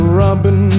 robin